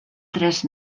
tres